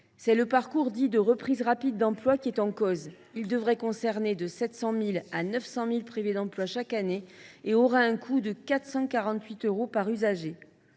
C’est le parcours dit de reprise rapide d’emploi qui est en cause. Il devrait concerner de 700 000 à 900 000 privés d’emploi chaque année et aura un coût de 448 euros par usager